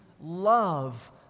love